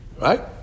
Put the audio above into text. Right